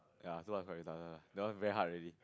ya so like quite retarded lah that one very hard already